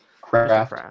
Craft